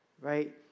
right